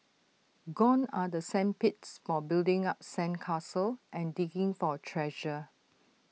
gone are the sand pits for building up sand castles and digging for treasure